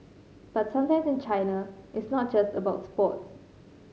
but sometimes in China it's not just about sports